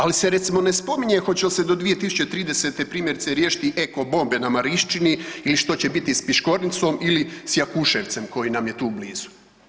Ali se recimo ne spominje hoće li se do 2030. primjerice riješiti eko bombe na Marinščini ili što će biti sa Piškornicom ili sa Jakuševcem koji nam je tu blizu.